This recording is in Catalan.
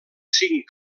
cinc